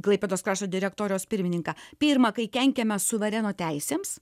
klaipėdos krašto direktorijos pirmininką pirma kai kenkiame suvereno teisėms